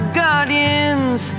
guardians